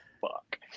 fuck